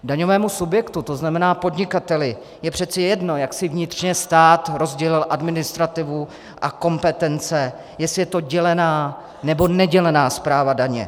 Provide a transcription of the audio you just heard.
Daňovému subjektu, tzn. podnikateli, je přece jedno, jak si vnitřně stát rozdělil administrativu a kompetence, jestli je to dělená, nebo nedělená správa daně.